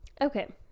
Okay